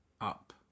up